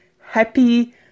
Happy